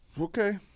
Okay